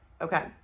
Okay